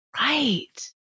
Right